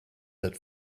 that